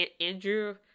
andrew